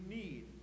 need